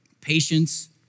patience